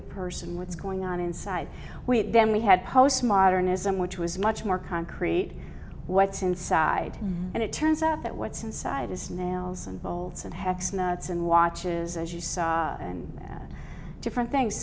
the person what's going on inside with them we had postmodernism which was much more concrete what's inside and it turns out that what's inside is nails and bolts and hex nuts and watches as you saw and at different things